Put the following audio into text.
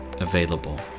available